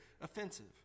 offensive